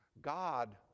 God